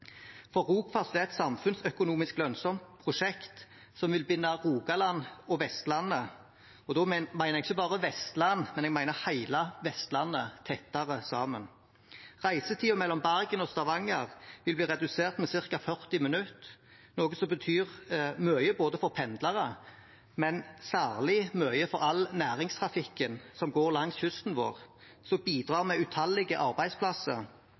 for Norge, for Rogfast er et samfunnsøkonomisk lønnsomt prosjekt som vil binde Rogaland og Vestlandet – og da mener jeg ikke bare Vestland, men hele Vestlandet – tettere sammen. Reisetiden mellom Bergen og Stavanger vil bli redusert med ca. 40 minutter, noe som betyr mye for pendlere, men særlig mye for all næringstrafikken som går langs kysten vår, som bidrar med utallige arbeidsplasser